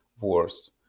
worse